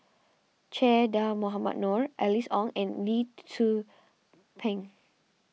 Che Dah Mohamed Noor Alice Ong and Lee Tzu Pheng